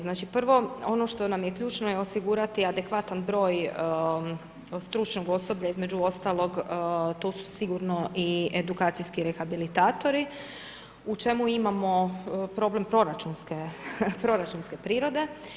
Znači, prvo ono što nam je ključno je osigurati adekvatan broj stručnog osoblja, između ostalog, to su sigurno i edukacijski rehabilitatori, u čemu imamo problem proračunske prirode.